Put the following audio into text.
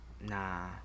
nah